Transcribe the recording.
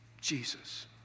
Jesus